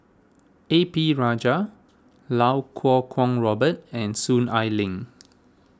A P Rajah Lau Kuo Kwong Robert and Soon Ai Ling